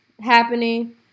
happening